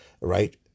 right